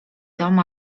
dom